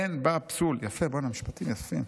אין בה פסול." משפטים יפים.